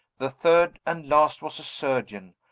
the third, and last, was a surgeon,